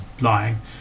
lying